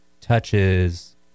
touches